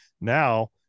now